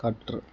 cutter